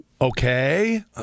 okay